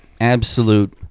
absolute